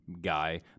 guy